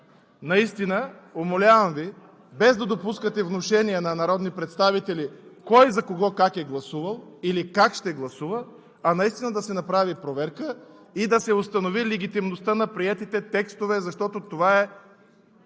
Председател, умолявам Ви, без да допускате внушения на народни представители – кой за кого, как е гласувал или как ще гласува, наистина да се направи проверка и да се установи легитимността на приетите текстове, защото това